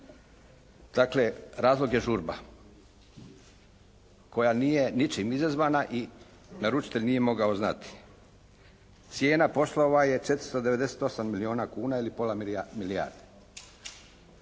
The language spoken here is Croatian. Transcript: Dakle, razlog je žurba koja nije ničim izazvana i naručitelj nije mogao znati. Cijena poslova je 498 milijona kuna ili pola milijarde.